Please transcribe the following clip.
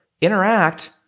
interact